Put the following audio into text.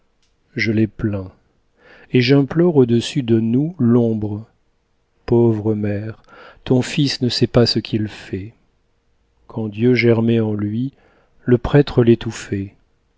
je les plains et j'implore au-dessus de nous l'ombre pauvre mère ton fils ne sait pas ce qu'il fait quand dieu germait en lui le prêtre